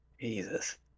Jesus